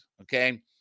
okay